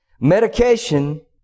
Medication